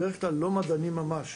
בדרך-כלל לא מדענים ממש,